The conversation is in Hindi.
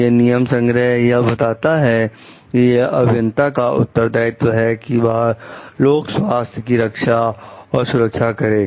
यह नियम संग्रह यह बताता है कि यह अभियंता का उत्तर दायित्व है कि वह लोक स्वास्थ्य की रक्षा और सुरक्षा करें